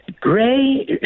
Gray